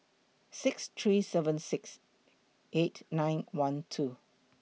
six three seven six eight nine one two